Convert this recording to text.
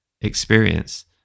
experience